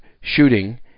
shooting